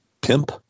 pimp